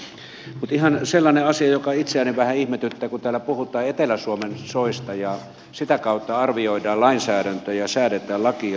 mutta ihan sellainen asia joka itseäni vähän ihmetyttää kun täällä puhutaan etelä suomen soista ja sitä kautta arvioidaan lainsäädäntöä ja säädetään lakia